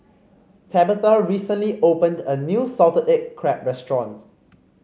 Tabatha recently opened a new Salted Egg Crab restaurant